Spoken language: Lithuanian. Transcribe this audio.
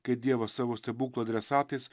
kai dievas savo stebuklų adresatais